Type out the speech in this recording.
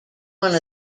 one